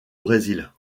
brésil